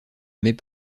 mes